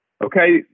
Okay